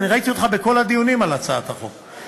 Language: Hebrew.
אני ראיתי אותך בכל הדיונים על הצעת החוק,